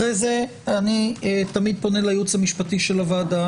אחרי זה אני פונה לייעוץ המשפטי לוועדה